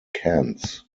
cans